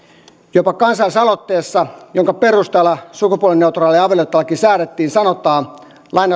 jopa kansalaisaloitteessa jonka perusteella sukupuolineutraali avioliittolaki säädettiin sanotaan